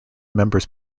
members